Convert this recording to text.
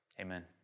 amen